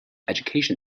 education